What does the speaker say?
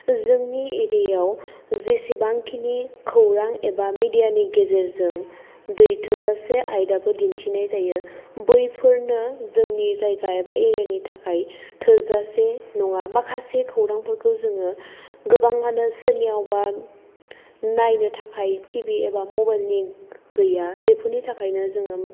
जोंनि एरियायाव जेसेबांखिनि खौरां एबा मिडियानि गेजेरजों दै थोजासे आयदाखौ दिन्थिनाय जायो बैफोरनो जोंनि जायगा बा एरियानि थाखाय थोजासे नङा माखासे खौरांफोरखौ जोङो गोबांआनो सोरनियावबा नायनो थाखाय टि भि एबा मबाइल गैया बेफोरनि थाखायनो जों